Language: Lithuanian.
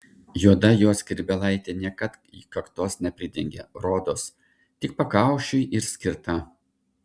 juoda jo skrybėlaitė niekad kaktos nepridengia rodos tik pakaušiui ir skirta